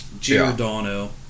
Giordano